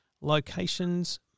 Locations